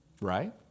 Right